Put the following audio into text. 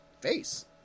face